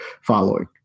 following